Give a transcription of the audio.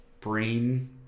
brain